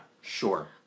Sure